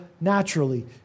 naturally